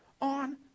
on